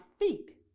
feet